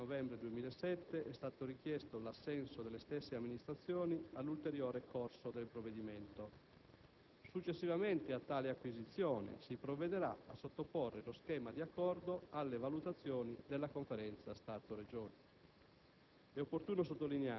In data 13 novembre 2007 è stato richiesto l'assenso delle stesse amministrazioni all'ulteriore corso del provvedimento; successivamente a tale acquisizione si provvederà a sottoporre lo schema di accordo alle valutazioni della Conferenza Stato-Regioni.